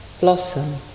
Blossom